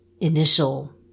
initial